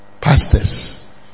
pastors